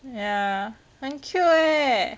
ya 很 cute eh